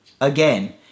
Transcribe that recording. Again